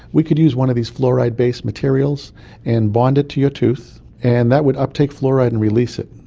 we could use one of these fluoride based materials and bond it to your tooth and that would uptake fluoride and release it.